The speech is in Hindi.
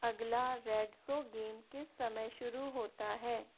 अगला रेडसो गेम किस समय शुरू होता हैं